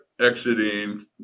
exiting